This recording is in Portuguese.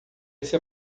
esse